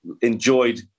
enjoyed